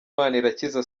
manirakiza